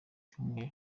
cyumweru